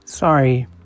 Sorry